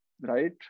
right